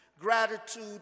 gratitude